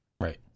Right